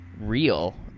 real